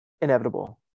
inevitable